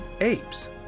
apes